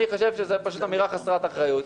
אני חושב שזו פשוט אמירה חסרת אחריות.